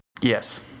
yes